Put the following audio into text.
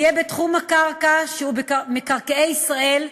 בתחום הקרקע שהיא מקרקעי ישראל,